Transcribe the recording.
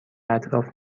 اطراف